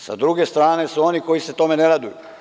S druge strane su oni koji se tome ne raduju.